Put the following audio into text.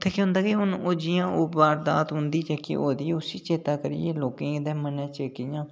उत्थै केह् होंदा के जि'यां ओह् वारदात होंदी जेह्की होआ 'रदी उस्सी चेता करियै लोकें दे मनै च इ'यां